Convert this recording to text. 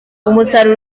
umusaruro